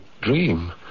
dream